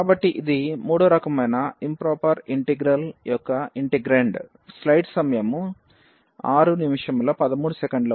కాబట్టి ఇది మూడవ రకమైన ఇంప్రొపెర్ ఇంటిగ్రల్ యొక్క ఇంటెగ్రాండ్